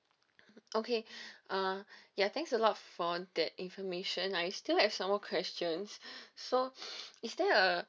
okay uh ya thanks a lot for that information I still have some more question so is there a